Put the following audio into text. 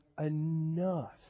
enough